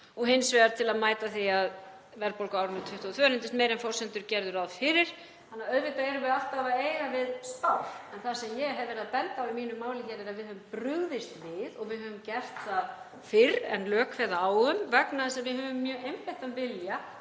og hins vegar til að mæta því að verðbólga á árinu 2022 reyndist meiri en forsendur gerðu ráð fyrir. Þannig að auðvitað erum við alltaf að eiga við spár. Það sem ég hef verið að benda á í máli mínu hér er að við höfum brugðist við og við höfum gert það fyrr en lög kveða á um vegna þess að við höfum mjög einbeittan vilja